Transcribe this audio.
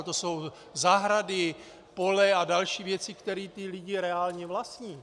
To jsou zahrady, pole a další věci, které ti lidé reálně vlastní.